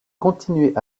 continuaient